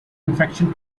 infection